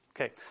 Okay